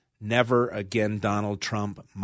never-again-Donald-Trump